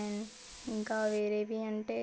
and ఇంకా వేరేవి అంటే